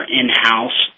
in-house